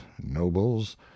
nobles